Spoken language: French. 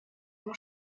mon